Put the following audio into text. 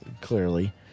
clearly